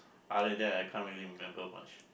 other than that I can't really remember much